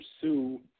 pursue